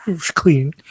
clean